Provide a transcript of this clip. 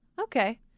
Okay